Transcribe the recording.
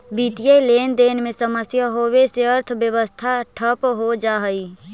वित्तीय लेनदेन में समस्या होवे से अर्थव्यवस्था ठप हो जा हई